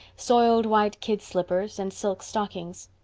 soiled white kid slippers, and silk stockings.